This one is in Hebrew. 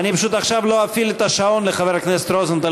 אני עכשיו לא אפעיל את השעון לחבר הכנסת רוזנטל.